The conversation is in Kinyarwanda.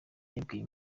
yabwiye